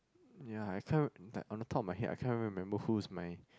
ya I can't like on the top of my head I can't even remember who's my